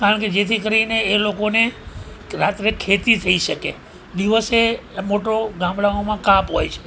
કારણ કે જેથી કરીને એ લોકોને રાત્રે ખેતી થઈ શકે દિવસે મોટો ગામડાઓમાં કાપ હોય છે